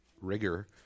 rigor